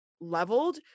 leveled